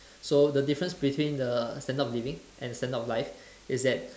so the difference between the standard of living and the standard of life is that